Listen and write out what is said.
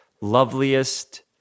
loveliest